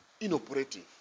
inoperative